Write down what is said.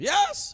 Yes